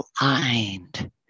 aligned